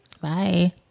Bye